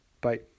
Bye